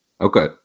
Okay